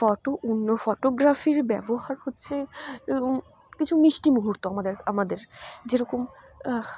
photo উন ফটোগ্রাফির ব্যবহার হচ্ছে কিছু মিষ্টি মুহূর্ত আমাদের আমাদের যেরকম